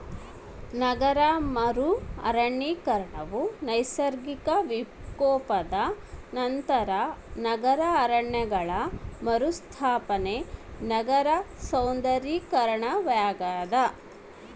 ನಗರ ಮರು ಅರಣ್ಯೀಕರಣವು ನೈಸರ್ಗಿಕ ವಿಕೋಪದ ನಂತರ ನಗರ ಅರಣ್ಯಗಳ ಮರುಸ್ಥಾಪನೆ ನಗರ ಸೌಂದರ್ಯೀಕರಣವಾಗ್ಯದ